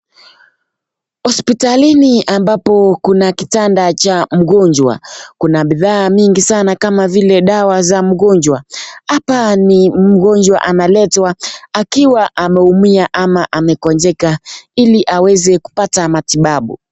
Hospitalini ambapo kuna kitanda cha mgonjwa kuna bidhaa mingi sana kama vile dawa za mgonjwa hapa ni mgonjwa analetwa akiwa ameumia ama amegonjeka ili aweze kupata matibabu.